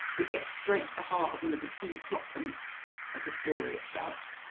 we get straight to the heart of one of the key plot points of the story itself,